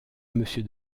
monsieur